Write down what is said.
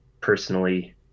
personally